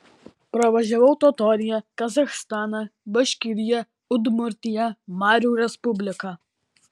pravažiavau totoriją kazachstaną baškiriją udmurtiją marių respubliką